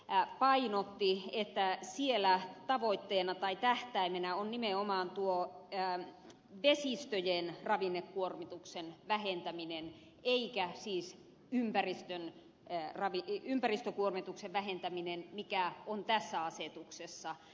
kallis painotti että siellä tavoitteena tai tähtäimenä on nimenomaan tuo vesistöjen ravinnekuormituksen vähentäminen eikä siis ympäristökuormituksen vähentäminen mikä on tässä asetuksessa